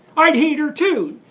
i'd hate her too.